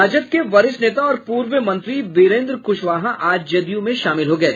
राजद के वरिष्ठ नेता और पूर्व मंत्री बीरेन्द्र कुशवाहा आज जदयू में शामिल हो गये